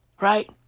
right